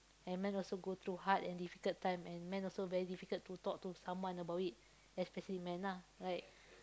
and man also go through hard and difficult time and man also very difficult to talk to someone about it especially man lah right